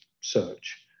search